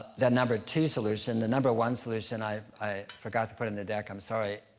the number two solution. the number one solution, i i forgot to put in the deck. i'm sorry.